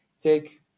take